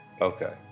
Okay